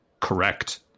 Correct